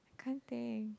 I can't think